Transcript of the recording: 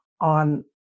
on